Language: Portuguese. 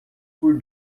por